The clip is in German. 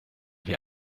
wie